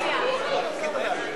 התש"ע 2010,